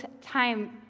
time